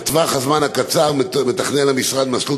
בטווח הזמן הקצר מתכנן המשרד מסלול